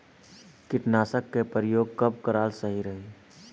कीटनाशक के प्रयोग कब कराल सही रही?